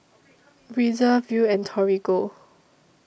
Breezer Viu and Torigo